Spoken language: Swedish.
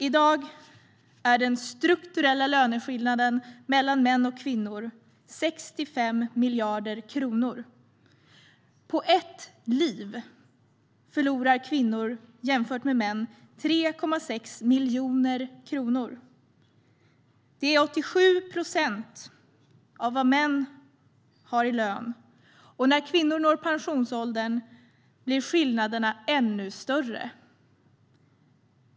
I dag är den strukturella löneskillnaden mellan män och kvinnor 65 miljarder kronor. På ett liv förlorar kvinnor i jämförelse med män 3,6 miljoner kronor. Kvinnor har 87 procent av vad män har i lön, och när kvinnor når pensionsåldern blir skillnaderna ännu större.